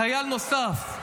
חייל נוסף,